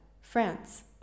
France